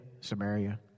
Samaria